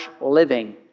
living